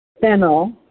fennel